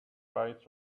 bites